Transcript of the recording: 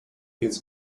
his